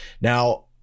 Now